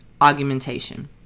augmentation